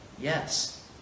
Yes